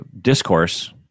discourse